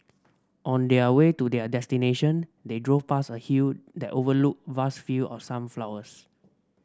on their way to their destination they drove past a hill that overlooked vast field of sunflowers